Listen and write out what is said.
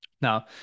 Now